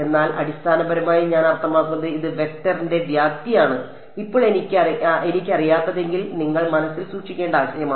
എന്നാൽ അടിസ്ഥാനപരമായി ഞാൻ അർത്ഥമാക്കുന്നത് ഈ വെക്ടറിന്റെ വ്യാപ്തിയാണ് ഇപ്പോൾ എനിക്കറിയാത്തതെങ്കിൽ നിങ്ങൾ മനസ്സിൽ സൂക്ഷിക്കേണ്ട ആശയമാണ്